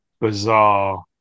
bizarre